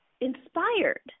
inspired